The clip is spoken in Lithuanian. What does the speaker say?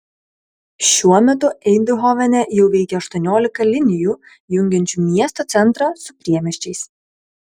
šiuo metu eindhovene jau veikia aštuoniolika linijų jungiančių miesto centrą su priemiesčiais